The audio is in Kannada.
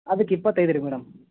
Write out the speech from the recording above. ಅದಕ್ಕೆ ಇಪ್ಪತ್ತೈದು ರೀ ಮೇಡಮ್